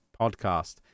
podcast